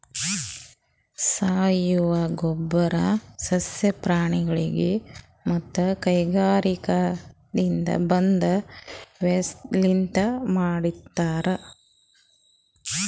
ಸಾವಯವ ಗೊಬ್ಬರ್ ಸಸ್ಯ ಪ್ರಾಣಿಗೊಳ್ ಮತ್ತ್ ಕೈಗಾರಿಕಾದಿನ್ದ ಬಂದಿದ್ ವೇಸ್ಟ್ ಲಿಂತ್ ಮಾಡಿರ್ತರ್